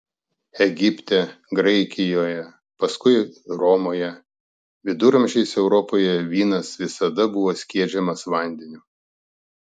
egipte graikijoje paskui romoje viduramžiais europoje vynas visada buvo skiedžiamas vandeniu